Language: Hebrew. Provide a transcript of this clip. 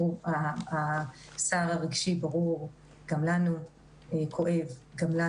תראו, הסער הרגשי הוא ברור, וגם לנו כואב, גם לנו